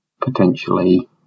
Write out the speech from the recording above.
potentially